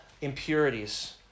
impurities